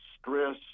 stress